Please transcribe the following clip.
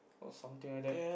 or something like that